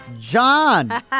John